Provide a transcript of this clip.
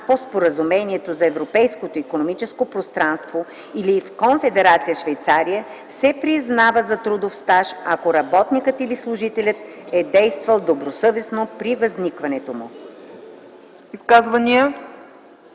по Споразумението за Европейското икономическо пространство или в Конфедерация Швейцария, се признава за трудов стаж, ако работникът или служителят е действал добросъвестно при възникването му.”